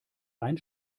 ein